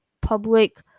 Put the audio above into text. public